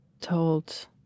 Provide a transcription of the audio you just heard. told